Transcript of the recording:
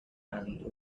and